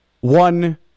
one